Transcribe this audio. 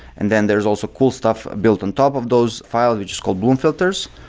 and then there's also cool stuff built on top of those files, which is called bloom filters,